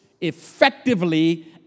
effectively